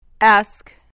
Ask